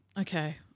okay